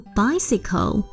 bicycle